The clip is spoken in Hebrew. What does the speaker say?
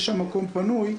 יש שם מקום פנוי.